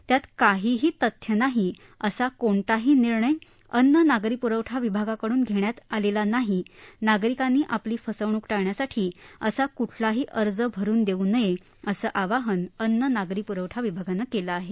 त्यात काहीही तथ्य काही नाही असा कोणताही निर्णय अन्न नागरी प्रवठा विभागाकडून घेण्यात आला नसल्यानं नागरिकांनी आपली फसवणूक टाळण्यासाठी असा कुठलाही अर्ज भरून देऊ नये असे आवाहन अन्न नागरी प्रवठा विभागानं केलं आहे